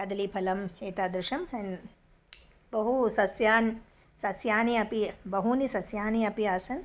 कदलीफलम् एतादृशम् अन्य बहु सस्यान् सस्यानि अपि बहूनि सस्यानि अपि आसन्